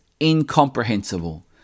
Incomprehensible